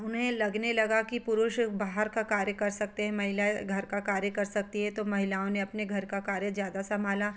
उन्हें लगने लगा कि पुरुष बाहर का कार्य कर सकते हैं महिलाएं घर का कार्य कर सकती हैं तो महिलाओं ने अपने घर का कार्य ज़्यादा संभाला